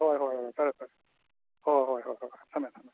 ꯍꯣꯏ ꯍꯣꯏ ꯍꯣꯏ ꯐꯔꯦ ꯐꯔꯦ ꯍꯣꯏ ꯍꯣꯏ ꯍꯣꯏ ꯍꯣꯏ ꯊꯝꯃꯦ ꯊꯝꯃꯦ